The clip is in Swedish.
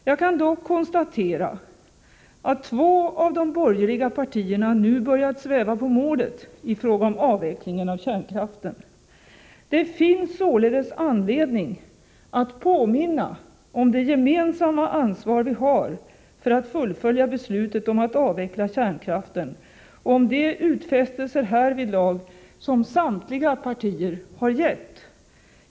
Jag kan dock konstatera att två av de borgerliga partierna nu börjat sväva på målet i fråga om avvecklingen av kärnkraften. Det finns således anledning att påminna om det gemensamma ansvar vi har för att fullfölja beslutet om att avveckla kärnkraften och om de utfästelser härvidlag som samtliga partier har gett.